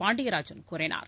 பாண்டியராஜன் கூறினார்